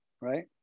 Right